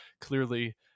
clearly